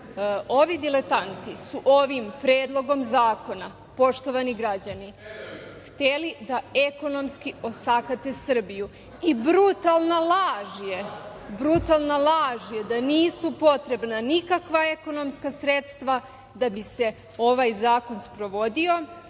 ovi diletanti su ovim predlogom zakona, poštovani građani, hteli da ekonomski osakate Srbiju i brutalna laž je da nisu potrebna nikakva ekonomska sredstva da bi se ovaj zakon sprovodio